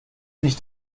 nicht